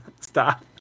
stop